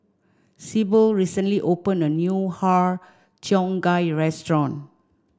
Sibyl recently opened a new Har Cheong Gai restaurant